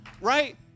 right